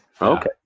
Okay